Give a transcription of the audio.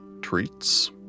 treats